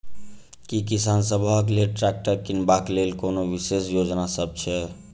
की किसान सबहक लेल ट्रैक्टर किनबाक लेल कोनो विशेष योजना सब छै?